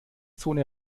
zone